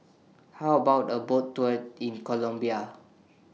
How about A Boat Tour in Colombia